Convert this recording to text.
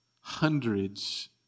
hundreds